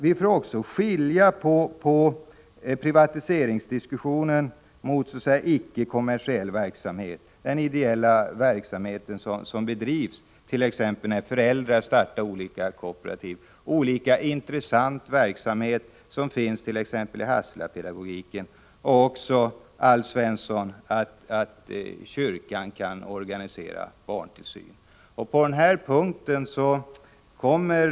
Vi får också skilja på privatiserad kommersiell verksamhet och den ideella verksamhet som bedrivs när t.ex. föräldrar startar kooperativa daghem eller den verksamhet som bedrivs i Hassela med sin särskilda pedagogik. Även kyrkan bör i det perspektivet kunna få organisera barnomsorg.